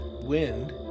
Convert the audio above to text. Wind